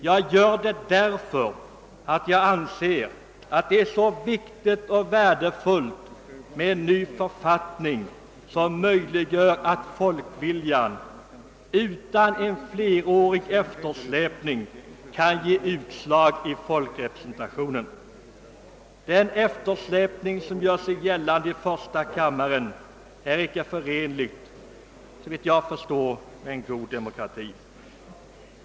Jag gör det därför att Jag anser att det är så viktigt och värdefullt med en ny författning, som möjliggör för folkviljan att utan en flerårig eftersläpning ge utslag i folkrepresentationen. Den eftersläpning som gör sig gällande i första kammaren är, såvitt jag förstår, icke förenlig med en god demokrati.